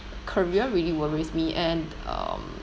career really worries me and um